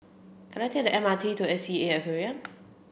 can I take the M R T to S E A Aquarium